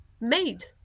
made